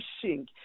pushing